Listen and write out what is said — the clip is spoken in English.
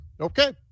Okay